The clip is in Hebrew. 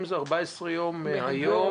אם זה 14 יום מהיום --- אם זה 14 יום מהיום,